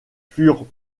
furent